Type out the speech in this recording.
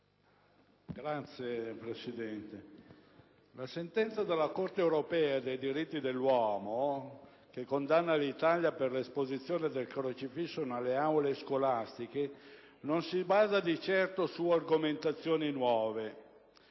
Signora Presidente, la sentenza della Corte europea dei diritti dell'uomo che condanna l'Italia per l'esposizione del crocefisso nelle aule scolastiche non si basa di certo su argomentazioni nuove.